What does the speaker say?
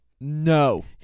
No